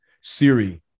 Siri